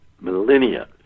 millennia